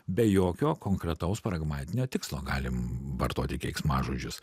be jokio konkretaus pragmatinio tikslo galim vartoti keiksmažodžius